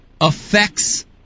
affects